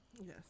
yes